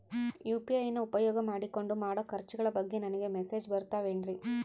UPI ನ ಉಪಯೋಗ ಮಾಡಿಕೊಂಡು ಮಾಡೋ ಖರ್ಚುಗಳ ಬಗ್ಗೆ ನನಗೆ ಮೆಸೇಜ್ ಬರುತ್ತಾವೇನ್ರಿ?